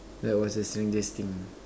that was the strangest thing